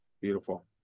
Beautiful